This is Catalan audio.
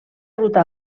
ruta